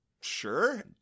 sure